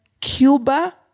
Cuba